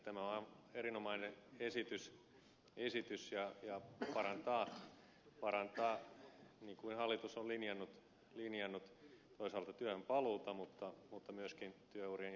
tämä on erinomainen esitys ja parantaa niin kuin hallitus on linjannut toisaalta työhönpaluuta mutta myöskin työurien jatkamista